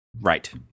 Right